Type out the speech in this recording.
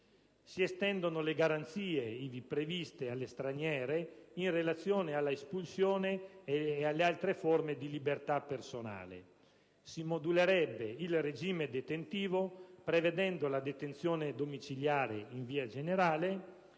Si estendono le garanzie ivi previste alle straniere in relazione all'espulsione e alle altre forme di libertà personale; si modula il regime detentivo, prevedendo la detenzione domiciliare in via generale